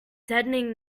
deadening